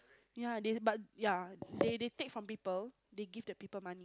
yeah they but yeah they they take from people they give the people money